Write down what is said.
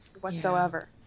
whatsoever